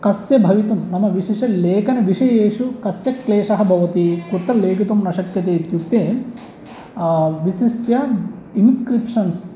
कस्य भवितुं मम विशेषलेखनविषयेषु कस्य क्लेशः भवति कुत्र लेखितुं न शक्यते इत्युक्ते विशिष्य इन्स्क्रिप्शन्स्